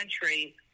country